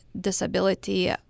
disability